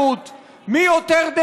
מי יותר חסר אחריות,